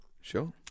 Sure